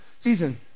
season